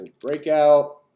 breakout